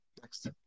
next